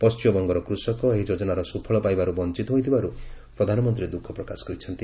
ପଣ୍ଟିମବଙ୍ଗର କୃଷକ ଏହି ଯୋଜନାର ସୁଫଳ ପାଇବାରୁ ବଞ୍ଚିତ ହୋଇଥିବାରୁ ପ୍ରଧାନମନ୍ତ୍ରୀ ଦୁଃଖ ପ୍ରକାଶ କରିଚ୍ଛନ୍ତି